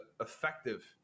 effective